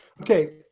Okay